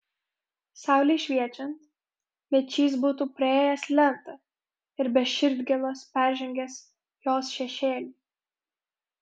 saulei šviečiant mečys būtų praėjęs lentą ir be širdgėlos peržengęs jos šešėlį